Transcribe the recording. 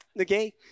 Okay